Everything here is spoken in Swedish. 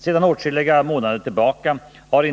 Sedan åtskilliga månader tillbaka har